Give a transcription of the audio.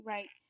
Right